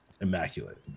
immaculate